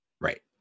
right